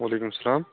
وعلیکُم سلام